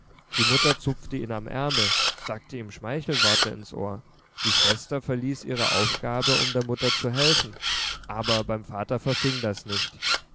die mutter zupfte ihn am ärmel sagte ihm schmeichelworte ins ohr die schwester verließ ihre aufgabe um der mutter zu helfen aber beim vater verfing das nicht